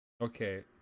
Okay